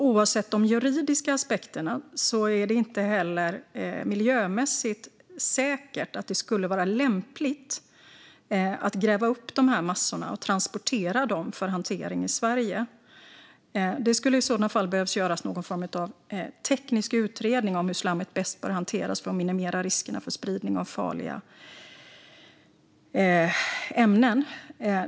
Oavsett de juridiska aspekterna är det inte heller säkert att det skulle vara lämpligt miljömässigt att gräva upp de här massorna och transportera dem för hantering i Sverige. Det skulle i så fall behöva göras någon form av teknisk utredning av hur slammet bäst bör hanteras för att minimera riskerna för spridning av farliga ämnen.